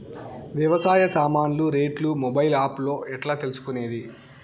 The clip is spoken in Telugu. వ్యవసాయ సామాన్లు రేట్లు మొబైల్ ఆప్ లో ఎట్లా తెలుసుకునేది?